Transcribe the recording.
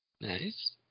Nice